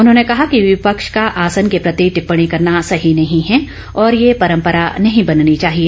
उन्होंने कहा कि विपक्ष का आसन के प्रति टिप्पणी करना सही नहीं है और यह परंपरा नहीं बननी चाहिए